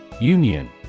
Union